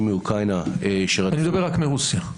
מאוקראינה --- אני מדבר רק על רוסיה.